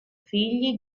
figli